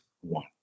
one